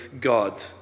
God